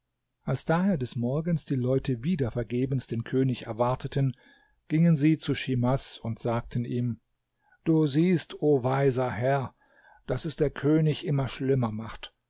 als daher des morgens die leute wieder vergebens den könig erwarteten gingen sie zu schimas und sagten ihm du siehst o weiser herr daß es der könig immer schlimmer macht